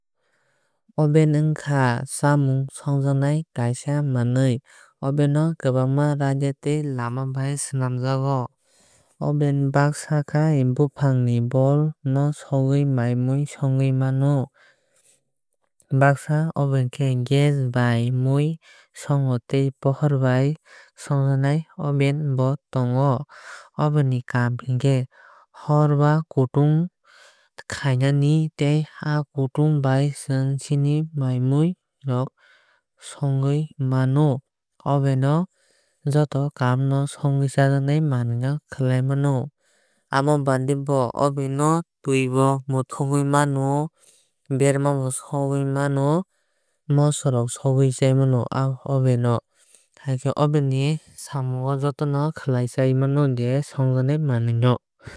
Oven wngkha chamung songjaknai kaaisa manwui. Oven kwbangma raida tei lama bai swnamjago. Oven bagsa khai bofang ni bol no sagui mai mui songui mano. Bagsa oven khe gas bai mui songo tei pohor bai songjaknai oven bo tongo. Oven ni kaam hinkhe hor ba kuting khainani tei aa kutung bai chwng chini mai mui rok songui mano. Oven o joto kaam no songwui chajaknai manwui no khlai mano. Amo baade bo oven no tui bo muthungwui mano berma bo sogwui mano moso rok sogwui chai mano o oven o. Haikhe oven ni samungo joto no khlai chai mano je songjaknai manwui no